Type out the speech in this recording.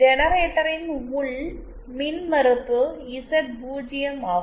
ஜெனரேட்டரின் உள் மின்மறுப்பு இசட் 0 ஆகும்